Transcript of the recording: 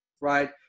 right